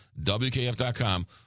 WKF.com